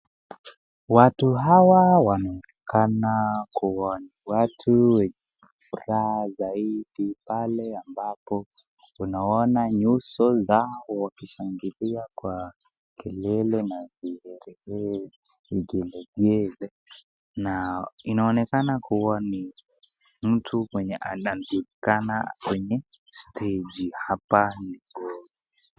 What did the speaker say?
Watu hawa wanaonekana kuwa watu wenye furaha zaidi. Pale ambapo tunaona nyuso zao wakishangilia kwa kelele na vigelegele, na inaonekana ni mtu mwenye anajulikana, hapa stegi hapa ni gori.